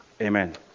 Amen